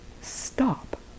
stop